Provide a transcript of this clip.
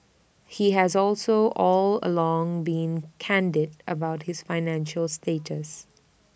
he has also all along been candid about his financial status